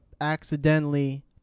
accidentally